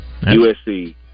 USC